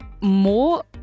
more